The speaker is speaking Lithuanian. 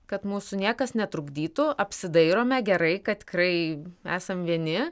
kad mūsų niekas netrukdytų apsidairome gerai kad tikrai esam vieni